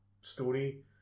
story